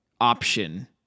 option